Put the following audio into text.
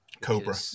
Cobra